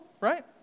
right